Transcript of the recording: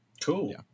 Cool